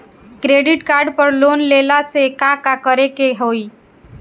Credit card पर loan लेला से का का करे क होइ?